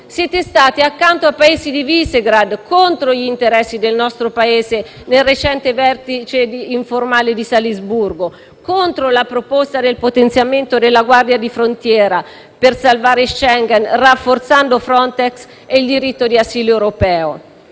Siete stati accanto ai Paesi di Visegrád contro gli interessi del nostro Paese nel recente vertice informale di Salisburgo, contro la proposta del potenziamento della guardia di frontiera per salvare l'accordo di Schengen, rafforzando Frontex e il diritto di asilo europeo.